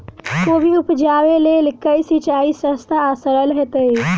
कोबी उपजाबे लेल केँ सिंचाई सस्ता आ सरल हेतइ?